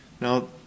Now